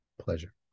pleasure